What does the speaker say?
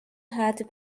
had